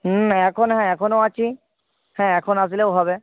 হুম এখন হ্যাঁ এখনও আছি হ্যাঁ এখন আসলেও হবে